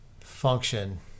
function